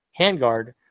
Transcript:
handguard